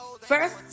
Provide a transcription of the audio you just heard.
First